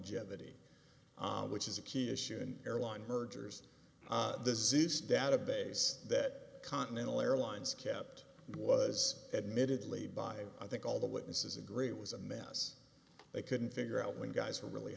jeopardy which is a key issue in airline mergers disease database that continental airlines kept and was admittedly by i think all the witnesses agree it was a mess they couldn't figure out when guys who really